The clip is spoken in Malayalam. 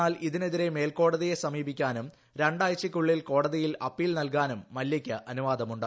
എന്നാൽ ഇ്മീന്നെതിരെ മേൽക്കോടതിയെ സമീപിക്കാനും രണ്ടാഴ്ചയ്ക്കുളളിൽ കോടതിയിൽ അപ്പീൽ നൽകാനും മല്യയ്ക്ക് അനുവാദമുണ്ട്